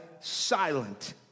silent